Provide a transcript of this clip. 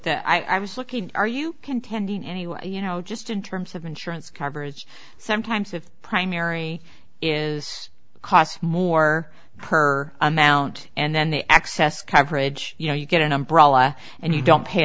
and i was looking are you contending anyway you know just in terms of insurance coverage sometimes if the primary is costs more per amount and then the excess coverage you know you get an umbrella and you don't pay